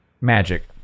magic